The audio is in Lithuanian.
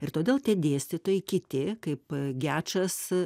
ir todėl tie dėstytojai kiti kaip gečas